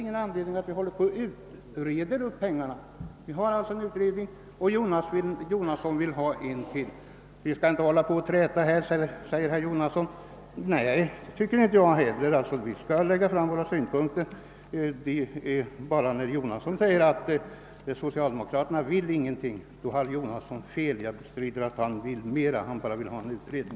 Majoriteten i utskottet menar att det inte finns någon anledning till det, eftersom en arbetsgrupp redan sysslar med dessa frågor. Vi skall inte hålla på att träta här, säger herr Jonasson. Nej, det tycker inte jag heller. Vi skall bara lägga fram våra synpunkter. Jag vill bara säga att herr Jonasson har fel då han påstår att socialdemokraterna inte vill någonting. Jag bestrider att han vill någonting mer, han vill bara ha en utredning.